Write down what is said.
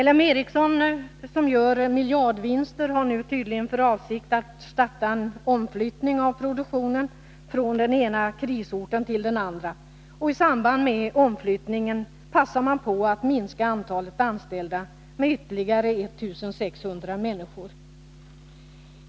LM Ericsson, som gör miljardvinster, har nu tydligen för avsikt att starta en omflyttning av produktionen från den ena krisorten till den andra, och i samband med omflyttningen passar man på att minska antalet anställda med ytterligare 1600 människor.